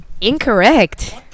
Incorrect